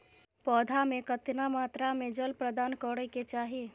पौधा में केतना मात्रा में जल प्रदान करै के चाही?